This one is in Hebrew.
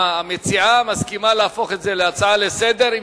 המציעה מסכימה להפוך את זה להצעה לסדר-היום.